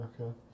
Okay